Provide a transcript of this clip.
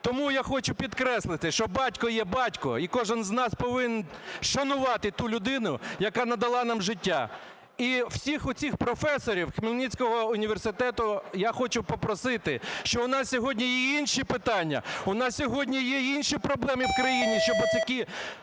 Тому я хочу підкреслити, що батько є батько і кожен з нас повинен шанувати ту людину, яка надала нам життя. І всіх оцих професорів Хмельницького університету я хочу попросити, що у нас сьогодні є і інші питання, у нас сьогодні є і інші проблеми в країні, щоби